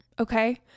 okay